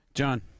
John